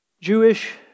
Jewish